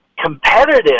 Competitive